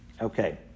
Okay